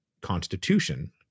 constitution